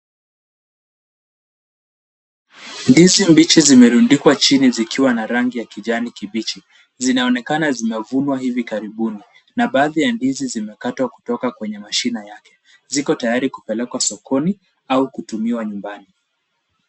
Ndizi mbichi zimerundikwa chini zikiwa na rangi ya kijani kibichi. Zinaonekana zimevunwa hivi karibuni na baadhi ya ndizi zimekatwa kutoka kwenye mashina yake ziko tayari kupelekwa sokoni au kutumiwa nyumbani.